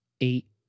eight